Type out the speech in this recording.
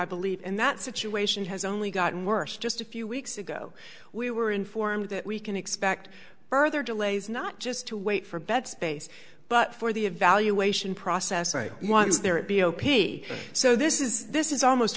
i believe and that situation has only gotten worse just a few weeks ago we were informed that we can expect further delays not just to wait for bed space but for the evaluation process i was there at b o p so this is this is almost